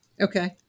Okay